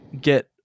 get